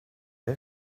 die